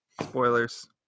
Spoilers